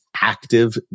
active